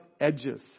edges